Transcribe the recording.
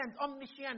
omniscient